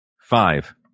Five